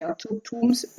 herzogtums